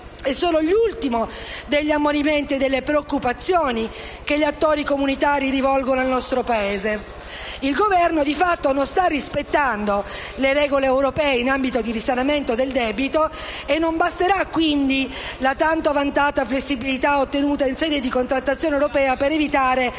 è solo l'ultimo degli ammonimenti e delle preoccupazioni che gli attori comunitari rivolgono al nostro Paese. Il Governo di fatto non sta rispettando le regole europee in ambito di risanamento del debito e non basterà, quindi, la tanto vantata flessibilità ottenuta in sede di contrattazione europea per evitare